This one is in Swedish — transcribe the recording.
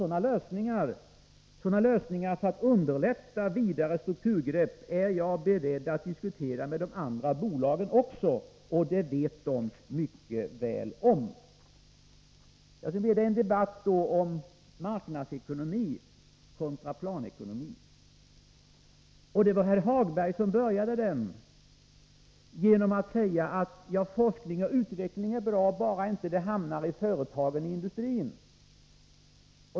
Sådana lösningar för att underlätta vidare strukturgrepp är jag beredd att diskutera med de andra bolagen också. Det vet de mycket väl om. Sedan blev det en debatt om marknadsekonomi kontra planekonomi. Herr Hagberg började den debatten genom att säga att forskning och utveckling är bra bara den inte hamnar i företagen —i industrin.